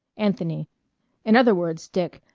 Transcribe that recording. anthony in other words, dick,